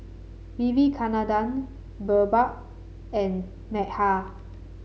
Vivekananda BirbaL and Medha